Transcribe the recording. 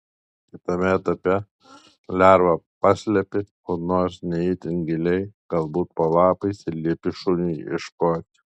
kitame etape lervą paslepi kur nors ne itin giliai galbūt po lapais ir liepi šuniui ieškoti